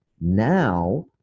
now